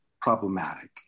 problematic